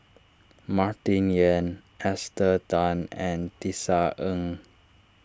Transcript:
Martin Yan Esther Tan and Tisa Ng